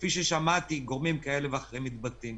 כפי ששמעתי גורמים כאלה ואחרים מתבטאים.